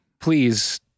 Please